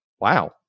Wow